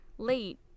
late